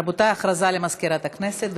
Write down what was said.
רבותיי, הודעה למזכירת הכנסת.